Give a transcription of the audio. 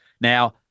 Now